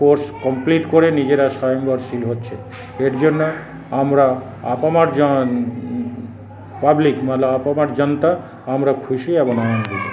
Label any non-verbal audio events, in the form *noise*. course complete করে নিজেরা স্বয়ম্ভরশীল হচ্ছে এর জন্য আমরা আপামর পাবলিক *unintelligible* আপামর জনতা আমরা খুশি এবং আনন্দিত